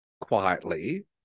quietly